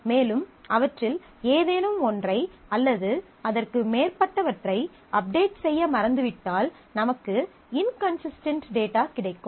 மேலும் அவற்றில் ஏதேனும் ஒன்றை அல்லது அதற்கு மேற்பட்டவற்றை அப்டேட் செய்ய மறந்துவிட்டால் நமக்கு இன்கன்சிஸ்டெண்ட் டேட்டா கிடைக்கும்